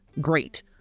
great